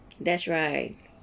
that's right